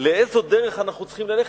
לאיזו דרך אנחנו צריכים ללכת?